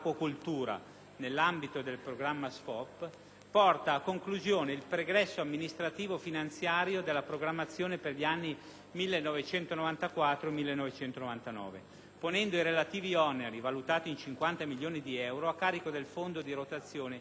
orientamento della pesca (SFOP)), porta a conclusione il pregresso amministrativo-finanziario della programmazione per gli anni 1994-1999, ponendo i relativi oneri, valutati in 50 milioni di euro, a carico del Fondo di rotazione, di cui